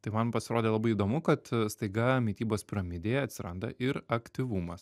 tai man pasirodė labai įdomu kad staiga mitybos piramidėje atsiranda ir aktyvumas